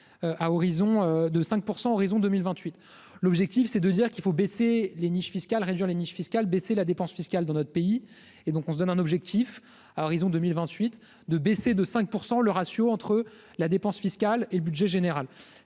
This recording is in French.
à horizon de 5 pour 100, horizon 2028 l'objectif, c'est de dire qu'il faut baisser les niches fiscales, réduire les niches fiscales baisser la dépense fiscale dans notre pays et donc on se donne un objectif à horizon 2020, 28 de baisser de 5 % le ratio entre la dépense fiscale et le budget général,